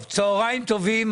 צוהריים טובים.